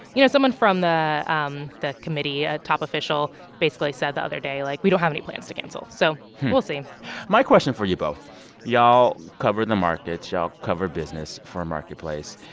you know, someone from the um the committee, a top official basically said the other day, like, we don't have any plans to cancel. so we'll see my question for you both y'all cover the markets. y'all cover business for marketplace.